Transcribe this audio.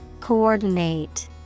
Coordinate